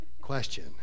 question